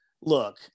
look